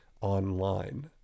online